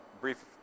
brief